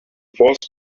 fourth